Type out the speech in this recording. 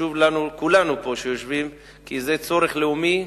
חשוב לכולנו פה, כי זה צורך לאומי,